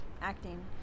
acting